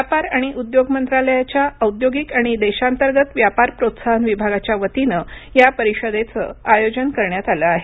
व्यापार आणि उद्योग मंत्रालयाच्या औद्योगिक आणि देशांतर्गत व्यापार प्रोत्साहन विभागाच्या वतीनं या परिषदेचं आयोजन करण्यात आलं आहे